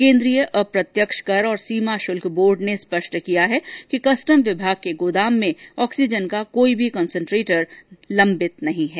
केन्द्रीय अप्रत्यक्ष कर और सीमा शुल्क बोर्ड ने स्पष्ट किया कि कस्टम विभाग के गोदाम में ऑक्सीजन का कोई भी कंसंट्रेटर लंबित नहीं है